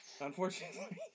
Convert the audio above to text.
Unfortunately